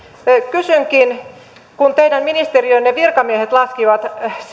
kysynkin teiltä kun teidän ministeriönne virkamiehet laskivat